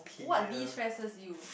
what destresses you